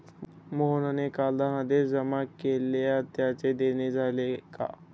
मोहनने काल धनादेश जमा केला त्याचे देणे झाले का?